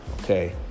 Okay